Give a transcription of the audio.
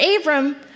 Abram